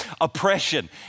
oppression